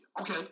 Okay